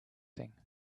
thing